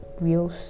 real